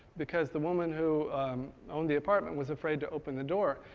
because the woman who owned the apartment was afraid to open the door.